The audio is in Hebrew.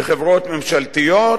בחברות ממשלתיות,